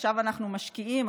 שעכשיו אנחנו משקיעים.